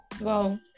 Wow